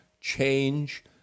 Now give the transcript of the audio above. change